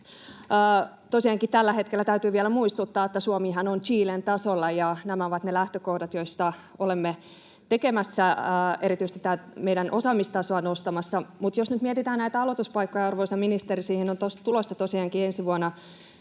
Tosiaankin täytyy vielä muistuttaa, että tällä hetkellähän Suomi on Chilen tasolla ja nämä ovat ne lähtökohdat, joista olemme erityisesti tätä meidän osaamistasoa nostamassa. Mutta jos nyt mietitään näitä aloituspaikkoja, arvoisa ministeri, niin siihen on tulossa tosiaankin ensi vuonna